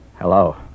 Hello